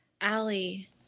Allie